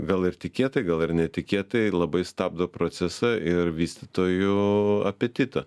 gal ir tikėtai gal ir netikėtai labai stabdo procesą ir vystytojų apetitą